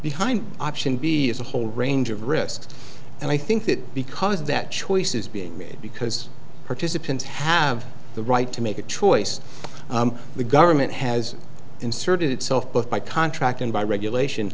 behind option b is a whole range of risks and i think that because that choice is being made because participants have the right to make a choice the government has inserted itself both by contract and by regulation